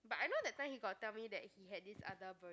but I know that time he got tell me that he had this other barista job